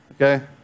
Okay